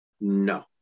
no